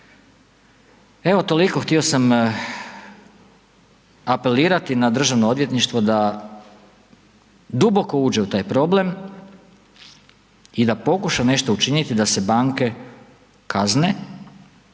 Evo toliko, htio sam apelirati na Državno odvjetništvo da duboko uđe u taj problem i da pokuša nešto učiniti da se banke kazne,